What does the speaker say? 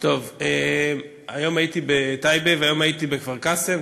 היום הייתי בטייבה והיום הייתי בכפר-קאסם,